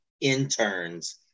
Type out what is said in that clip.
interns